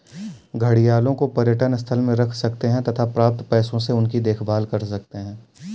घड़ियालों को पर्यटन स्थल में रख सकते हैं तथा प्राप्त पैसों से उनकी देखभाल कर सकते है